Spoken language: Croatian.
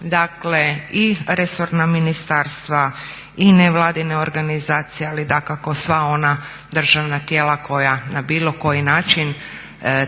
dakle i resorna ministarstva, i nevladine organizacije ali dakako sva ona državna tijela koja na bilo koji način